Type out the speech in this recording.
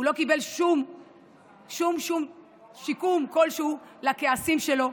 הוא לא קיבל שום שיקום כלשהו לכעסים שלו,